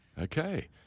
okay